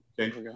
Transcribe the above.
Okay